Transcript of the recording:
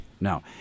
No